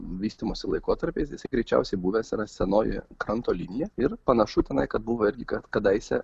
vystymosi laikotarpiais jisai greičiausiai buvęs yra senoji kranto linija ir panašu tenai kad buvo irgi kad kadaise